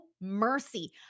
Mercy